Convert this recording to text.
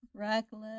reckless